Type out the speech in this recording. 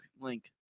link